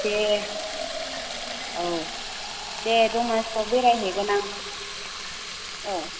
दे औ दे दमासियाव बेराय हैगोनां औ